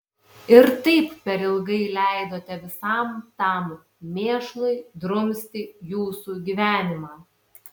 ir taip per ilgai leidote visam tam mėšlui drumsti jūsų gyvenimą